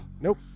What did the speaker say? Nope